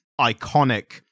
iconic